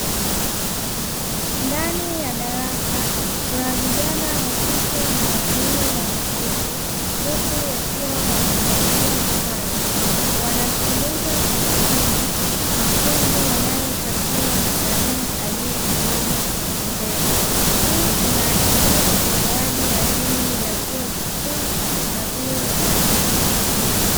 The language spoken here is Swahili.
Ndani ya darasa kuna vijana wa kike na wa kiume wameketi huku wakiwa wamevalia sare, wanasikiliza kwa makani mafunzo wanayopatiwa na mwalimu aliyesimama mbele. Hii inaashiria utolewaji wa elimu ya vyuo vikuu na vyuo vya kati.